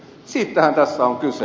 siitähän tässä on kyse